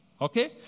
Okay